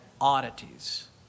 oddities